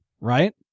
right